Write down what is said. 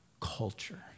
culture